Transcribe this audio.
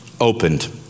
Opened